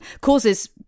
causes